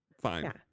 Fine